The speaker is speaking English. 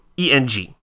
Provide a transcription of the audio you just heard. E-N-G